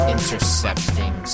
Intercepting